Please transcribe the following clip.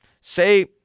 say